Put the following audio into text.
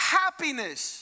happiness